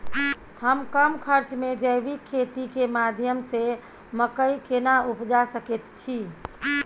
हम कम खर्च में जैविक खेती के माध्यम से मकई केना उपजा सकेत छी?